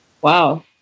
Wow